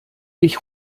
ich